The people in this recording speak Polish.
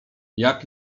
jak